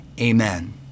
Amen